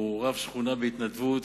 רב שכונה בהתנדבות,